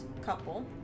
couple